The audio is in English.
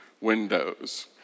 windows